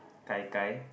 gai-gai